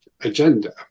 agenda